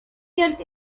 york